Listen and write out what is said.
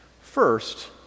First